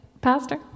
Pastor